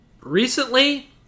recently